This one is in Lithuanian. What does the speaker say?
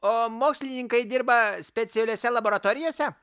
o mokslininkai dirba specialiose laboratorijose